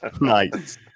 Nice